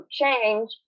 change